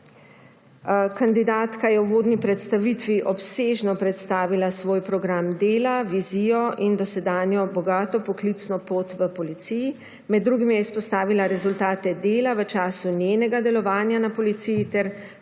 Kandidatka je v uvodni predstavitvi obsežno predstavila svoj program dela, vizijo in dosedanjo bogato poklicno pot v policiji. Med drugimi je izpostavila rezultate dela v času njenega delovanja na policiji ter povedla, da